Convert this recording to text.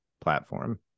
platform